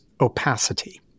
opacity